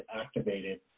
activated